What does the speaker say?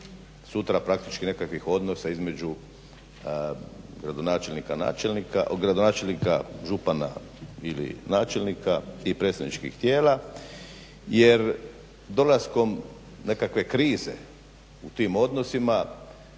sutra praktički nekakvih odnosa između gradonačelnika, načelnika, gradonačelnika, župana ili načelnika i predstavničkih tijela, jer dolaskom nekakve krize u tim odnosima